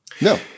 no